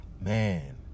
Man